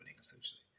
essentially